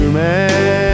man